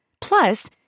Plus